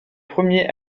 premier